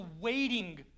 waiting